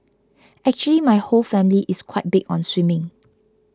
actually my whole family is quite big on swimming